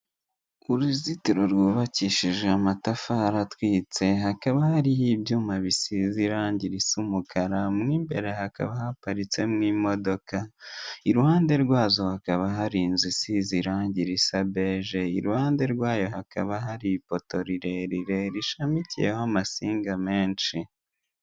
Uruzitiro rwubakishije amatafaritwitse hakaba hari ibyuma, bisize irange ry'umukara n'imbere hakaba haparitse mo modoka iruhande rwazo hakaba hari inzu isize irange risa beje iruhande rwayo hakaba hari ipoto, rirerire rishamikiyeho amasinga menshi.